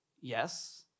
Yes